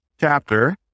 chapter